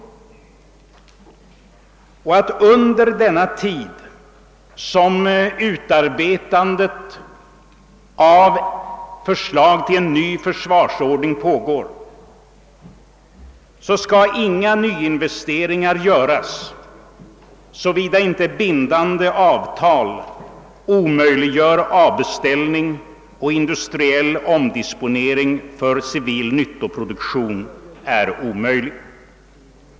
Under den tid som utarbetandet av förslag till en ny försvarsordning pågår, skulle inga nya investeringar göras, såvida inte bindande avtal omöjliggör avbeställning och industriell omdisponering för civil nyttoproduktion är omöjlig.